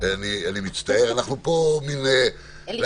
ובניהול סיכונים אנחנו צריכים לקבל